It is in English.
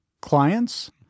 clients